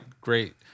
great